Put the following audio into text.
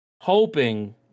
hoping